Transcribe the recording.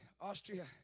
Austria